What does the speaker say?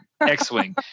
x-wing